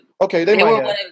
okay